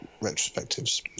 retrospectives